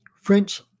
French